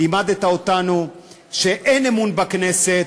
לימדת אותנו שאין אמון בכנסת,